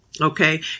Okay